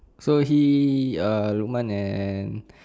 so he uh lukman and